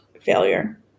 failure